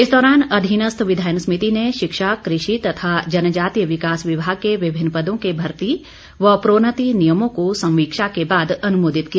इस दौरान अधिनस्थ विधायन समिति ने शिक्षा कृषि तथा जनजातीय विकास विभाग के विभिन्न पदों के भर्ती व प्रोन्नति नियमों को संवीक्षा के बाद अनुमोदित किया